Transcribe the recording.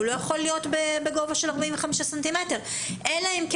הוא לא יכול להיות בגובה של 45 סנטימטר אלא אם כן